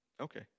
okay